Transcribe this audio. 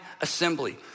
assembly